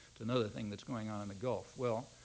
another thing that's going on in the gulf. well,